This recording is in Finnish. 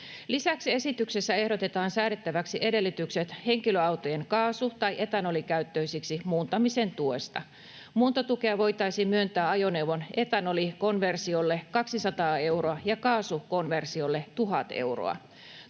Lisäksi esityksessä ehdotetaan säädettäväksi edellytykset henkilöautojen kaasu- tai etanolikäyttöisiksi muuntamisen tuesta. Muuntotukea voitaisiin myöntää ajoneuvon etanolikonversiolle 200 euroa ja kaasukonversiolle 1 000 euroa.